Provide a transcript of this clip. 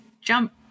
jump